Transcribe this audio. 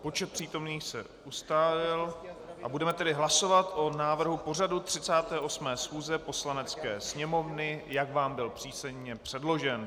Počet přítomných se ustálil, a budeme tedy hlasovat o návrhu pořadu 38. schůze Poslanecké sněmovny, jak vám byl písemně předložen.